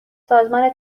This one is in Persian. سازمان